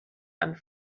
and